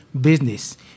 business